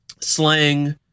slang